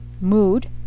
mood